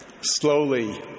slowly